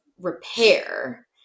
repair